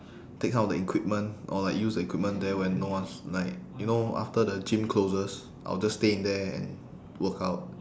take out the equipment or like use the equipment there when no one's like you know after the gym closes I'll just stay in there and workout